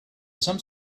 some